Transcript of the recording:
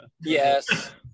yes